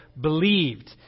believed